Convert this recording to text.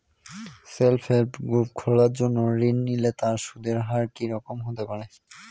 Self help group খোলার জন্য ঋণ নিলে তার সুদের হার কি রকম হতে পারে?